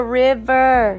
river